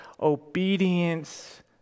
obedience